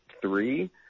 three